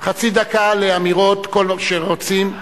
חצי דקה לאמירות כל מה שרוצים.